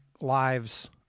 lives